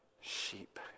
sheep